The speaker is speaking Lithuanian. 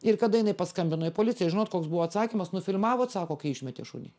ir kada jinai paskambino į policiją žinot koks buvo atsakymas nufilmavot sako kai išmetė šunį